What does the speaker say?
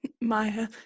maya